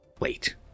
Wait